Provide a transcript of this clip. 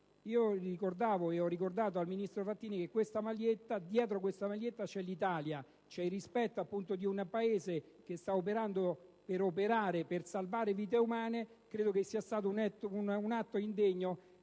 Io ricordavo, e ho ricordato al ministro Frattini, che dietro questa maglietta c'è l'Italia, c'è il rispetto di un Paese che sta operando per salvare vite umane. Credo sia stato un atto indegno,